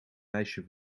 meisje